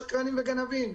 שקרנים וגנבים.